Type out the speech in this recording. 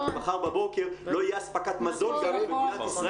כי מחר בבוקר לא יהיה אספקת מזון גם במדינת ישראל.